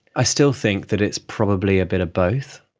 i still think that it's probably a bit of both.